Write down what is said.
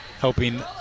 helping